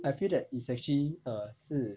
I feel that it's actually err 是